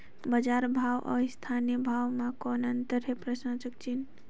बजार भाव अउ स्थानीय भाव म कौन अन्तर हे?